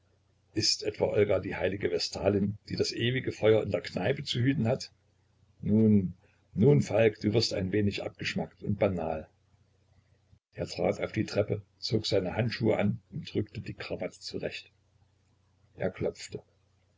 ist etwa olga die heilige vestalin die das ewige feuer in der kneipe zu hüten hat nun nun falk du wirst ein wenig abgeschmackt und banal er trat auf die treppe zog seine handschuhe an und rückte die krawatte zurecht er klopfte